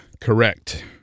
correct